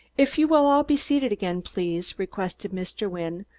if you will all be seated again, please? requested mr. wynne,